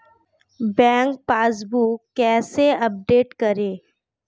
Bank passbook कैसे update करें?